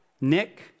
Nick